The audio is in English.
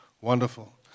wonderful